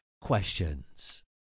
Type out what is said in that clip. questions